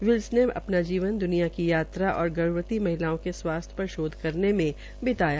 विल्ज ने अपना जीवन द्निया की यात्रा और गर्भवती महिलाओ के स्वास्थ्य पर शोध करने में बिताया